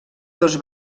dos